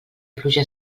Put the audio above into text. pluja